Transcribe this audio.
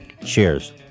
Cheers